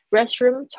Restroom